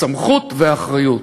הסמכות והאחריות.